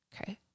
Okay